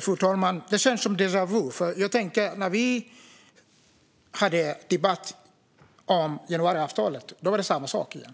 Fru talman! Det känns som déjà vu. När vi hade debatt om januariavtalet var det samma sak. Det är